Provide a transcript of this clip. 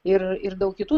ir ir daug kitų